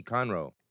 Conroe